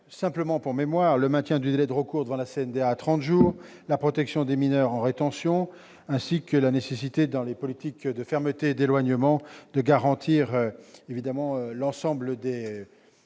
de la commission : le maintien du délai de recours devant la CNDA à trente jours, la protection des mineurs en rétention, ainsi que la nécessité dans les politiques de fermeté et d'éloignement de garantir à l'ensemble des